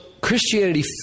Christianity